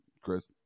Chris